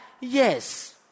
Yes